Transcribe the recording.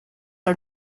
are